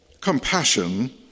compassion